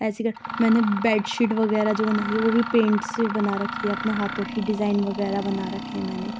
ایسی کر میں نے بیڈ شیٹ وغیرہ جو بنائی ہے وہ بھی پینٹس سے بنا رکھی ہے اپنے ہاتھوں کی ڈیزائن وغیرہ بنا رکھے ہیں میں نے